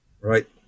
Right